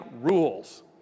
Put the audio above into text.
rules